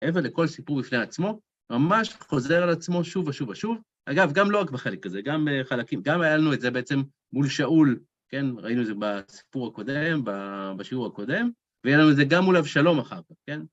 מעבר לכל סיפור בפני עצמו, ממש חוזר על עצמו שוב ושוב ושוב. אגב, גם לא רק בחלק כזה, גם חלקים, גם היה לנו את זה בעצם מול שאול, כן, ראינו את זה בסיפור הקודם, בשיעור הקודם, והיה לנו את זה גם מול אבשלום אחר כך, כן?